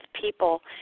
people